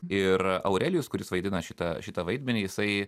ir aurelijus kuris vaidina šitą šitą vaidmenį jisai